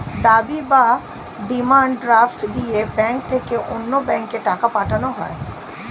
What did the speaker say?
দাবি বা demand draft দিয়ে ব্যাংক থেকে অন্য ব্যাংকে টাকা পাঠানো হয়